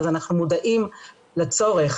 אז אנחנו מודעים לצורך